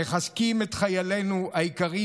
מחזקים את חיילינו היקרים,